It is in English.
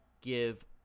give